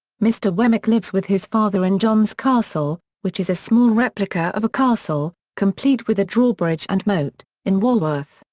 mr. wemmick lives with his father in john's castle, which is a small replica of a castle, complete with a drawbridge and moat, in walworth.